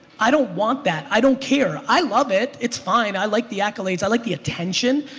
i don't want that. i don't care. i love it. it's fine, i like the accolades. i like the attention.